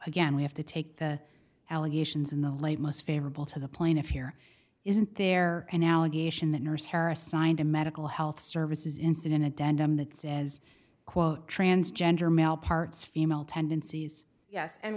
again we have to take the allegations in the lead most favorable to the plaintiff here isn't there an allegation the nurse tara signed a medical health services incident addendum that says quote transgender male parts female tendencies yes and